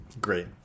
great